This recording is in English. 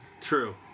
True